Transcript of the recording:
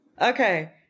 Okay